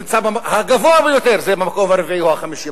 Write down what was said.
הגבוה ביותר זה במקום הרביעי או החמישי,